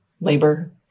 labor